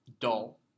dull